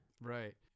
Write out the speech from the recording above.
Right